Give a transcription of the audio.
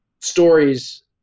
Stories